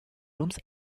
rooms